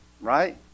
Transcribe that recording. Right